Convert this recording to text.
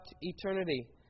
eternity